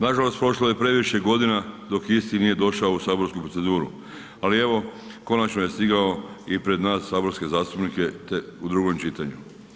Nažalost prošle je previše godina dok isti nije došao u saborsku proceduru ali evo, konačno je stigao i pred nas saborske zastupnike te u drugom čitanju.